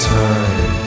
time